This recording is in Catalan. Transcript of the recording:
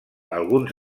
alguns